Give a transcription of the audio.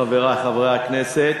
חברי חברי הכנסת,